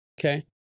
Okay